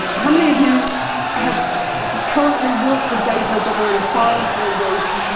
how many of you have currently worked with data that are in file folders,